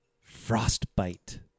frostbite